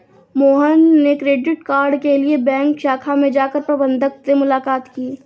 मोहन ने credit card के लिए बैंक शाखा में जाकर प्रबंधक से मुलाक़ात की